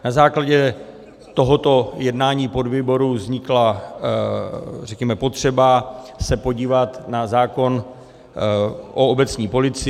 Na základě tohoto jednání podvýboru vznikla potřeba se podívat na zákon o obecní policii.